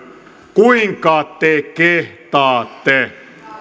kuinka te kehtaatte